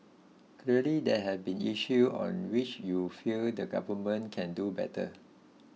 clearly there have been issues on which you feel the government can do better